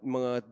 mga